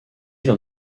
lors